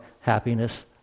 happiness